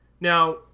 Now